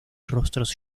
rostros